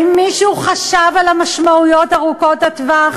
האם מישהו חשב על המשמעויות ארוכות הטווח